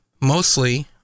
mostly